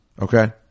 okay